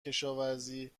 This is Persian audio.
کشاوزی